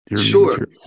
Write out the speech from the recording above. sure